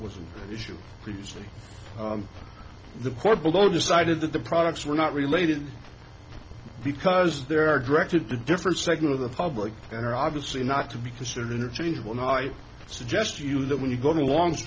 was an issue previously the court below decided that the products were not related because there are directed to a different segment of the public and obviously not to be considered interchangeable and i suggest you that when you go along